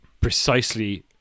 precisely